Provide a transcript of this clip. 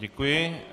Děkuji.